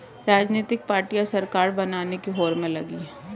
राजनीतिक पार्टियां सरकार बनाने की होड़ में लगी हैं